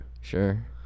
Sure